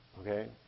Okay